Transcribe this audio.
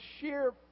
sheer